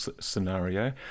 scenario